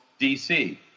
DC